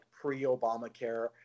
pre-Obamacare